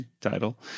title